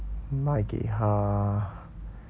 买给她